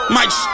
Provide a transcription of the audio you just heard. Mike